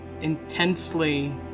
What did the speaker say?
intensely